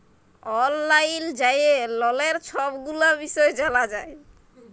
অললাইল যাঁয়ে ললের ছব গুলা বিষয় জালা যায়